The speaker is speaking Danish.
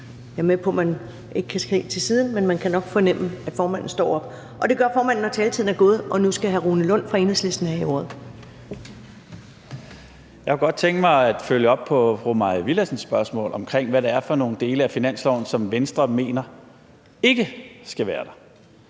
Jeg er med på, at man ikke kan se til siden, men man kan nok fornemme, at formanden står op, og det gør formanden, når taletiden er gået. Nu skal hr. Rune Lund fra Enhedslisten have ordet. Kl. 10:30 Rune Lund (EL): Jeg kunne godt tænke mig at følge op på fru Maj Villadsens spørgsmål om, hvad det er for nogle dele af finansloven, som Venstre mener ikke skal være der.